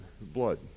blood